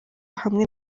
hamwe